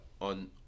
on